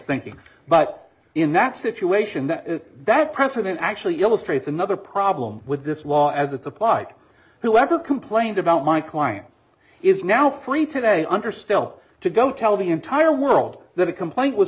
thinking but in that situation that that precedent actually illustrates another problem with this law as it's applied who ever complained about my client is now free today under still to go tell the entire world that a complaint was